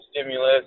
stimulus